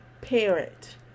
parent